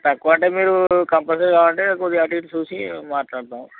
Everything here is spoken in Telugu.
తక్కువ అంటే మీరు కంపల్సరీగా కావాలంటే కొద్దిగా అటు ఇటు చూసి మాట్లాడతాం